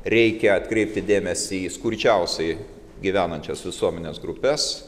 reikia atkreipti dėmesį į skurdžiausiai gyvenančias visuomenės grupes